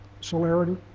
celerity